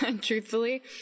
truthfully